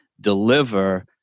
deliver